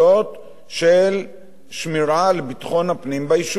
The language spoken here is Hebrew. של שמירה על ביטחון הפנים ביישובים שלהם,